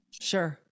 Sure